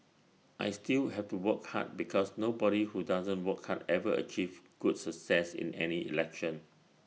I still have to work hard because nobody who doesn't work hard ever achieves good success in any election